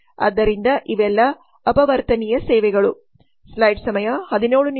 ಆದ್ದರಿಂದ ಇವೆಲ್ಲ ಅಪವರ್ತನೀಯ ಸೇವೆಗಳು